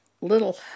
little